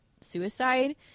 suicide